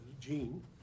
gene